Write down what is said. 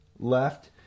left